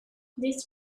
this